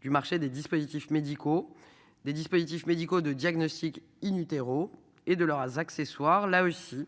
du marché des dispositifs médicaux des dispositifs médicaux de diagnostic in utero et de leur as accessoires là aussi.